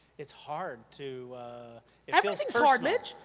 it's hard to everything's hard, mitch!